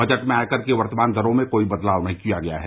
budget में आयकर की वर्तमान दरों में कोई बदलाव नहीं किया गया है